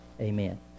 Amen